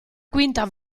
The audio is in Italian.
quinta